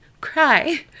cry